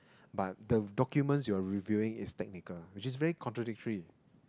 but the documents you are revealing is technical which is very contradictory